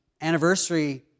anniversary